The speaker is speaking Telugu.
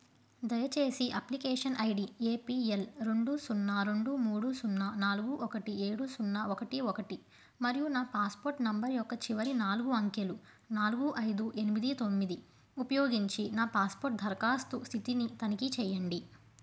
దయచేసి application I D A P L రెండు సున్నా రెండు మూడు సున్నా నాలుగు ఒకటి ఏడు సున్నా ఒకటి ఒకటి మరియు నా పాస్పోర్ట్ నెంబరు యొక్క చివరి నాలుగు అంకెలు నాలుగు ఐదు ఎనిమిది తొమ్మిది ఉపయోగించి నా పాస్పోర్ట్ దరఖాస్తు స్థితిని తనిఖీ చెయ్యండి